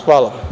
Hvala.